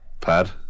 Pad